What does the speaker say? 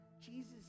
Jesus